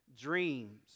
dreams